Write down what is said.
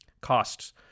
costs